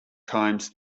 times